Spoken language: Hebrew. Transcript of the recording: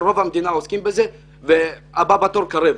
רוב המדינה עוסקים בזה והבא בתור קרב.